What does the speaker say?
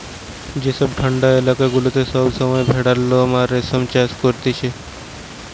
যেসব ঠান্ডা এলাকা গুলাতে সব সময় ভেড়ার লোম আর রেশম চাষ করতিছে